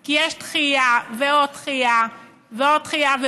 כי יש דחייה ועוד דחייה ועוד דחייה.